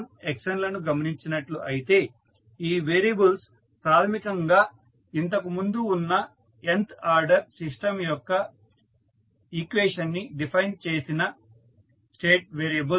xn లను గమనించినట్లు అయితే ఈ వేరియబుల్స్ ప్రాథమికంగా ఇంతకు ముందు ఉన్న n వ ఆర్డర్ సిస్టం యొక్క ఈక్వేషన్ ని డిఫైన్ చేసిన స్టేట్ వేరియబుల్స్